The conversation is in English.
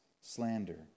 slander